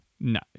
no